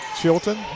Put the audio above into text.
Chilton